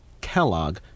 Kellogg